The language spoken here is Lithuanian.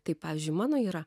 tai pavyzdžiui mano yra